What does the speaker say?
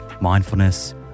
mindfulness